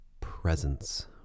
presence